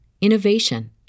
innovation